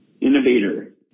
innovator